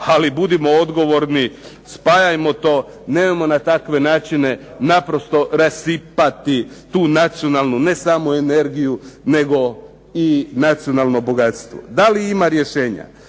Ali budimo odgovorni, spajajmo to. Nemojmo na takve načine naprosto rasipati tu nacionalnu ne samo energiju nego i nacionalno bogatstvo. Da li ima rješenja.